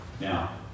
Now